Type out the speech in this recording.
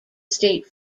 state